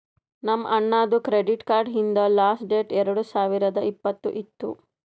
ನಮ್ ಅಣ್ಣಾದು credit card ಹಿಂದ್ ಲಾಸ್ಟ್ ಡೇಟ್ ಎರಡು ಸಾವಿರದ್ ಇಪ್ಪತ್ತ್ ಇತ್ತು